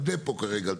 על דפו כרגע.